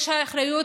יש אחריות